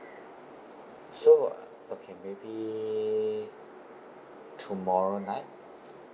so okay maybe tomorrow night